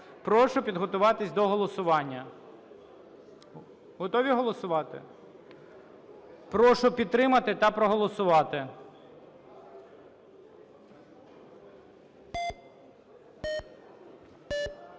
Прошу підготуватися до голосування. Готові голосувати? Прошу підтримати та проголосувати.